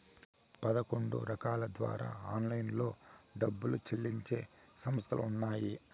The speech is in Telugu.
పదకొండు రకాల ద్వారా ఆన్లైన్లో డబ్బులు చెల్లించే సంస్థలు ఉన్నాయి